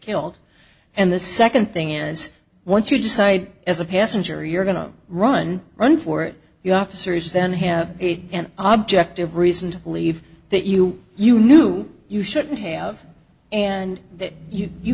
killed and the nd thing is once you decide as a passenger you're going to run run for it the officers then have an object of reason to believe that you you knew you shouldn't have and that you